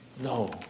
No